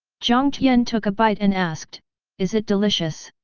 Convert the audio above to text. jiang tian took a bite and asked is it delicious?